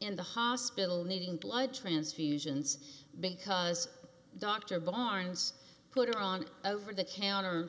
in the hospital needing blood transfusions because dr barnes put her on over the